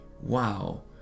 wow